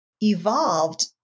evolved